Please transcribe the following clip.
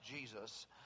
Jesus